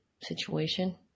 situation